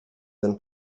than